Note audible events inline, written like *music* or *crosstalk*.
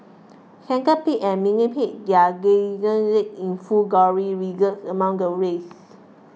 centipedes and millipedes their *unintelligible* in full glory wriggled among the waste